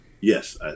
Yes